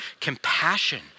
compassion